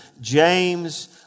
James